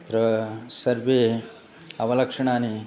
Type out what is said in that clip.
अत्र सर्वे अवलक्षणानि